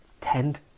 tend